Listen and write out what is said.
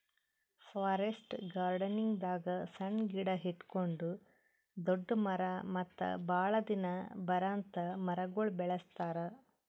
forest ಗಾರ್ಡನಿಂಗ್ದಾಗ್ ಸಣ್ಣ್ ಗಿಡ ಹಿಡ್ಕೊಂಡ್ ದೊಡ್ಡ್ ಮರ ಮತ್ತ್ ಭಾಳ್ ದಿನ ಬರಾಂತ್ ಮರಗೊಳ್ ಬೆಳಸ್ತಾರ್